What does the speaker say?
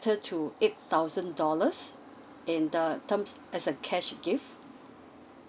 to eight thousand dollars in the terms as a cash gift